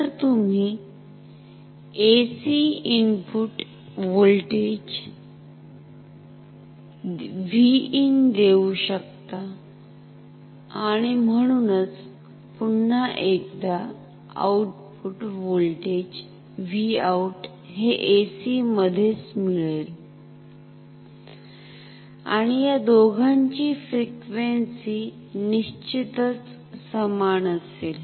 तर तुम्ही AC input voltage Vin देऊ शकता आणि म्हणूनच पुन्हा एकदा आउटपुट व्होल्टेज Vout हे AC मध्येच मिळेल आणि या दोघांची फ्रिक्वेंसि निश्चितच समान असेल